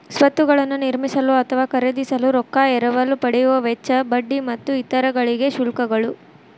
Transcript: ಸ್ವತ್ತುಗಳನ್ನ ನಿರ್ಮಿಸಲು ಅಥವಾ ಖರೇದಿಸಲು ರೊಕ್ಕಾ ಎರವಲು ಪಡೆಯುವ ವೆಚ್ಚ, ಬಡ್ಡಿ ಮತ್ತು ಇತರ ಗಳಿಗೆ ಶುಲ್ಕಗಳು